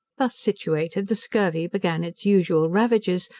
thus situated, the scurvy began its usual ravages,